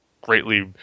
greatly